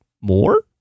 more